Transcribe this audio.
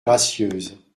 gracieuses